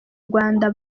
rwanda